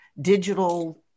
digital